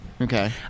Okay